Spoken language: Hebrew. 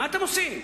מה אתם עושים?